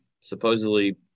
Supposedly